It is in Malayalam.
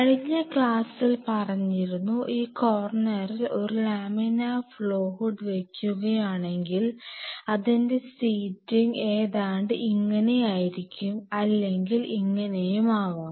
കഴിഞ്ഞ ക്ലാസ്സിൽ പറഞ്ഞിരുന്നു ഈ കോർണറിൽ ഒരു ലാമിനാർ ഫ്ലോ ഹുഡ് വെക്കുകയാണെങ്കിൽ അതിൻറെ സീറ്റിംഗ് ഏതാണ്ട് ഇങ്ങനെ ആയിരിക്കും അല്ലെങ്കിൽ ഇങ്ങനെയും ആവാം